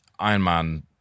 ironman